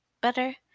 better